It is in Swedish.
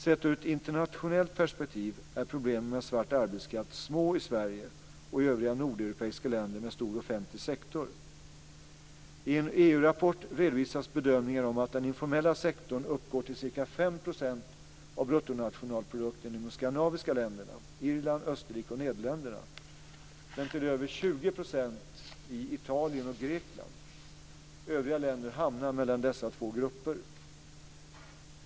Sett ur ett internationellt perspektiv är problemen med svart arbetskraft små i Sverige och i övriga nordeuropeiska länder med stor offentlig sektor. I en EU-rapport 219) redovisas bedömningar om att den informella sektorn uppgår till ca 5 % av BNP i de skandinaviska länderna, Irland, Österrike och Nederländerna men till över 20 % i Italien och Grekland. Övriga länder hamnar mellan dessa två grupper.